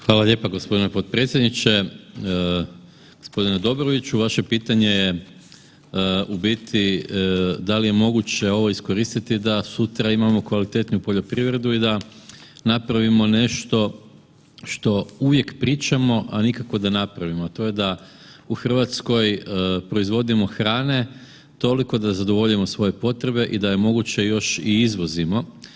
Hvala lijepa g. potpredsjedniče. g. Dobroviću, vaše pitanje je u biti da li je moguće ovo iskoristit da sutra imamo kvalitetniju poljoprivredu i da napravimo nešto što uvijek pričamo, a nikako da napravimo, a to je da u RH proizvodimo hrane toliko da zadovoljimo svoje potrebe i da je moguće još i izvozimo.